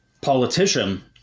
politician